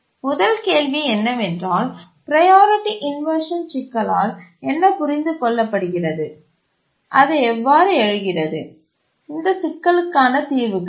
முதல் கேள்வி என்னவென்றால் ப்ரையாரிட்டி இன்வர்ஷன் சிக்கலால் என்ன புரிந்து கொள்ளப்படுகிறது அது எவ்வாறு எழுகிறது இந்த சிக்கலுக்கான தீர்வுகள் என்ன